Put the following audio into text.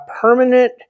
permanent